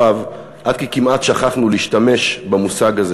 רב עד כי כמעט שכחנו להשתמש במושג הזה,